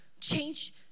change